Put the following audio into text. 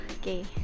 okay